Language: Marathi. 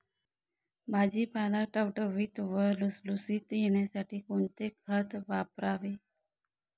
भाजीपाला टवटवीत व लुसलुशीत येण्यासाठी कोणते खत वापरावे?